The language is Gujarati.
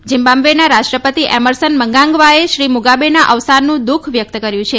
ઝિમ્બાબ્વેના રાષ્ટ્રપતિ એખરસન મંગાગ્વાએ શ્રી મુગાબેના અવસાનનું દુઃખ વ્યક્ત કર્યું છે